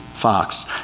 Fox